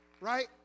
right